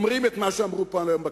אומרים את מה שאמרו פה היום בכנסת.